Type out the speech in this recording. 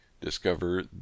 discover